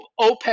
OPEC